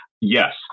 yes